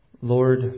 Lord